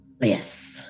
Yes